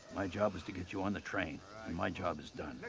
my job is to get you on the train. and my job is done.